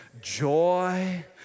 joy